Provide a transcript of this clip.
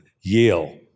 Yale